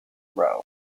row